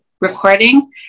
recording